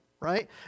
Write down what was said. Right